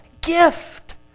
gift